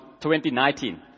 2019